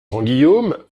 grandguillaume